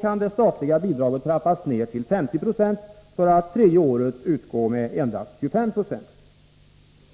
kan det statliga bidraget trappas ned till 50 90 för att tredje året utgå med endast 25 96.